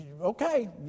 okay